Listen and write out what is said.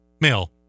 Male